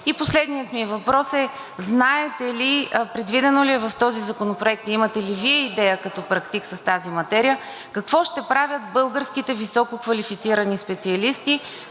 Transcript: И последният ми въпрос е: знаете ли, предвидено ли е в този законопроект и имате ли Вие идея като практик с тази материя какво ще правят българските висококвалифицирани специалисти,